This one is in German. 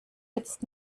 jetzt